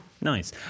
Nice